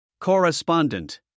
Correspondent